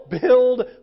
build